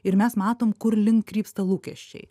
ir mes matom kurlink krypsta lūkesčiai